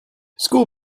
school